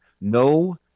no